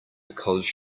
because